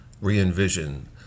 re-envision